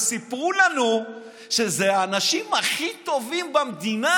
והם סיפרו לנו שאלה האנשים הכי טובים במדינה.